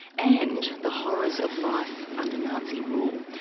and the horrors of life under nazi rule.